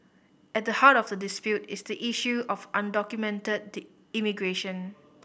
at the heart of the dispute is the issue of undocumented the immigration